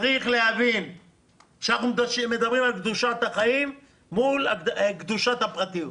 צריך להבין שאנחנו מדברים על קדושת החיים מול קדושת הפרטיות.